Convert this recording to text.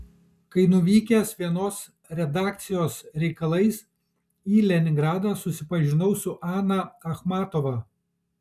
kai nuvykęs vienos redakcijos reikalais į leningradą susipažinau su ana achmatova